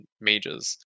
mages